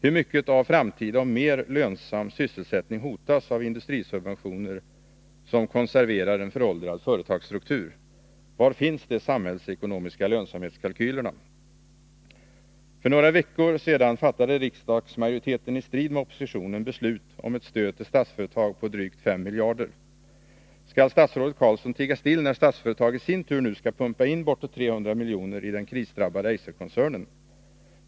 Hur mycket av framtida och lönsam sysselsättning hotas av industrisubventioner, som konserverar en föråldrad företagsstruktur? Var finns de samhällsekonomiska lönsamhetskalkylerna? För några veckor sedan fattade riksdagsmajoriteten — i strid med oppositionen — beslut om ett stöd till Statsföretag på drygt 5 miljarder kronor. Skall statsrådet Carlsson tiga still när Statsföretag nu i sin tur skall pumpa in bortåt 300 miljoner i den krisdrabbade Eiser-koncernen?